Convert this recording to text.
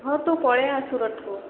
ହଁ ତୁ ପଳେଇ ଆ ସୁରଟକୁ